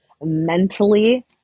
mentally